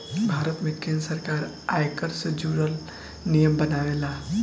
भारत में केंद्र सरकार आयकर से जुरल नियम बनावेला